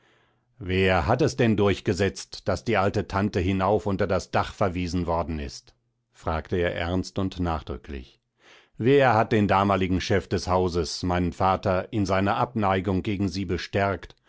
wer hat es denn durchgesetzt daß die alte tante hinauf unter das dach verwiesen worden ist fragte er ernst und nachdrücklich wer hat den damaligen chef des hauses meinen vater in seiner abneigung gegen sie bestärkt